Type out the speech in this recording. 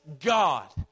God